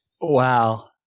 Wow